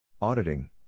Auditing